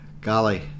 Golly